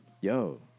Yo